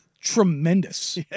tremendous